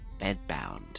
bedbound